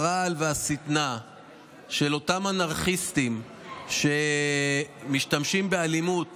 הרעל והשטנה של אותם אנרכיסטים שמשתמשים באלימות